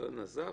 לא נזף,